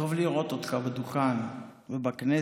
טוב לראות אותך בדוכן ובכנסת.